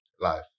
life